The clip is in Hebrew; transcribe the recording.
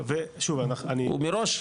הוא מראש,